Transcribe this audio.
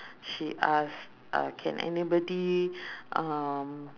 she ask uh can anybody um